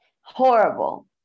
horrible